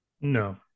No